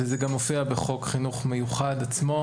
וזה גם מופיע בחוק חינוך מיוחד עצמו,